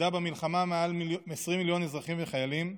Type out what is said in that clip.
איבדה במלחמה מעל 20 מיליון אזרחים וחיילים,